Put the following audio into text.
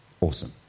Awesome